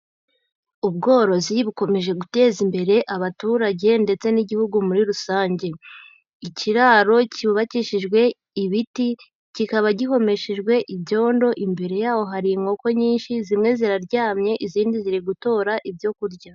Ubworozi bukomeje guteza imbere abaturage ndetse n'Igihugu muri rusange, ikiraro cyubakishijwe ibiti kikaba gihomeshejwe ibyondo imbere y'aho hari inkoko nyinshi, zimwe ziraryamye izindi ziri gutora ibyo kurya.